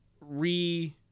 re